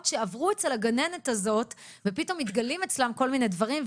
שעברו אצל הגננת הזאת ופתאום מתגלים אצלם כל מיני דברים,